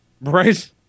right